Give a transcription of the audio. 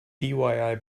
diy